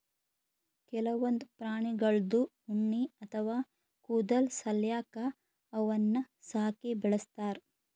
ಕೆಲವೊಂದ್ ಪ್ರಾಣಿಗಳ್ದು ಉಣ್ಣಿ ಅಥವಾ ಕೂದಲ್ ಸಲ್ಯಾಕ ಅವನ್ನ್ ಸಾಕಿ ಬೆಳಸ್ತಾರ್